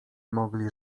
mogli